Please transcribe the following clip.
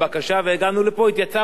התייצבנו שבוע לאחר מכן.